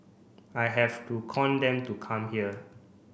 I have to con them to come here